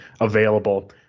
available